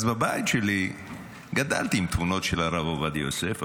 אז בבית שלי גדלתי עם תמונות של הרב עובדיה יוסף,